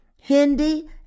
Hindi